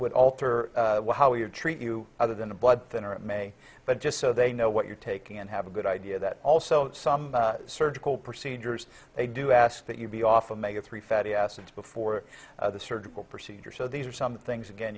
would alter how you treat you other than a blood thinner it may but just so they know what you're taking and have a good idea that also some surgical procedures they do ask that you be off a mega three fatty acids before the surgical procedure so these are some things again